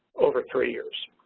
over three years.